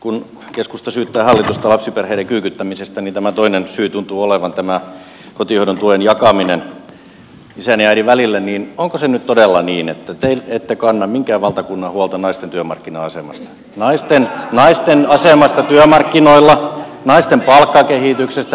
kun keskusta syyttää hallitusta lapsiperheiden kyykyttämisestä toinen syy tuntuu olevan tämä kotihoidon tuen jakaminen isän ja äidin välillä niin onko se nyt todella niin että te ette kanna minkään valtakunnan huolta naisten työmarkkina asemasta naisten asemasta työmarkkinoilla naisten palkkakehityksestä urakehityksestä